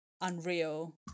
unreal